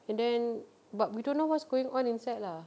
and then but we don't know what's going on inside lah